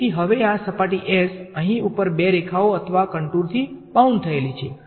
તેથી હવે આ સપાટી S અહીં ઉપર બે રેખાઓ અથવા કન્ટુરથી બાઉન્ડ થયેલ છે